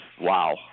wow